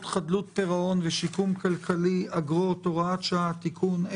חדלות פירעון ושיקום כלכלי (אגרות) (הוראת שעה) (תיקון),